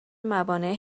موانع